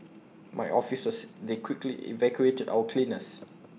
my officers they quickly evacuated our cleaners